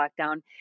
lockdown